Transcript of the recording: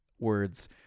words